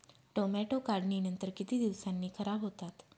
Tomato काढणीनंतर किती दिवसांनी खराब होतात?